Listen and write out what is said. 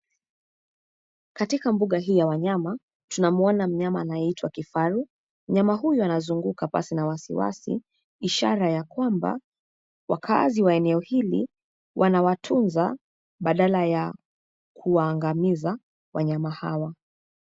Katika mbuga hii ya wanyama tunamwona mnyama anayeitwa kifaru. Mnyama huyu anazunguka pasi na wasiwasi, ishara ya kwamba wakaazi wa eneo hili wanawatunza badala ya kuwaangamiza wanyama hawa.